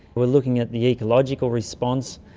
we're looking at the ecological response,